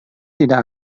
tidak